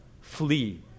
flee